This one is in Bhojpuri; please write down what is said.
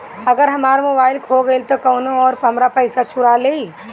अगर हमार मोबइल खो गईल तो कौनो और हमार पइसा चुरा लेइ?